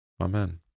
Amen